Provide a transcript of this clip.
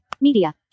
Media